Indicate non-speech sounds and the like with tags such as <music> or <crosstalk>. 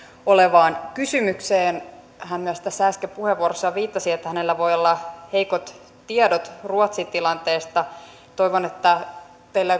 olevaan kysymykseen hän myös tässä puheenvuorossaan äsken viittasi siihen että hänellä voi olla heikot tiedot ruotsin tilanteesta toivon että teillä <unintelligible>